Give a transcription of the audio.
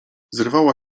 zerwała